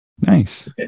nice